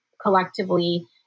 collectively